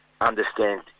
understand